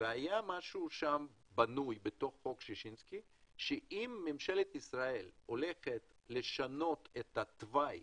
והיה משהו בנוי בתוך חוק ששינסקי שאם ממשלת ישראל הולכת לשנות את התוואי